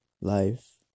life